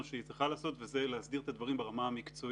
שהיא צריכה לעשות וזה להסדיר את הדברים ברמה המקצועית,